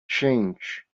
change